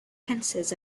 tenses